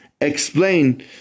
explain